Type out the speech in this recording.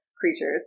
creatures